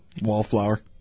Wallflower